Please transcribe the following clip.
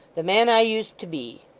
the man i used to be.